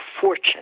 fortune